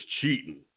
cheating